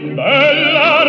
bella